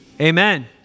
amen